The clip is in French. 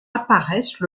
apparaissent